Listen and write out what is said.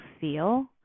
feel